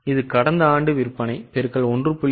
இது கடந்த ஆண்டு விற்பனை X 1